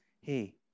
hey